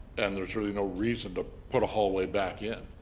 and there's really no reason to put a hallway back in.